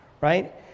Right